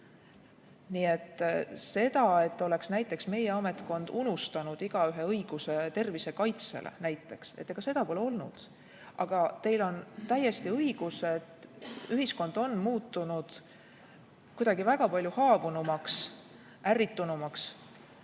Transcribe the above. Nii et seda, et oleks näiteks meie ametkond unustanud igaühe õiguse tervise kaitsele, seda pole olnud. Aga teil on täiesti õigus, et ühiskond on muutunud kuidagi väga palju haavunumaks, ärritunumaks